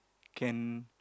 can